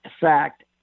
fact